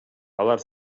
алар